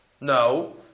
no